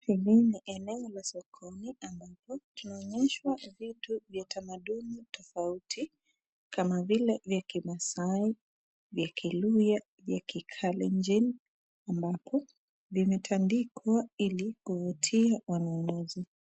Hili ni eneo la sokoni ambapo tunaonyeshwa vitu vya tamaduni tofauti kama vile vya kimaasai, vya kiluyha, vya kikalenjin ambapo vimetandikwa ili kuvutia wanunuzi.